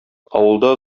авылда